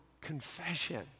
confession